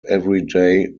everyday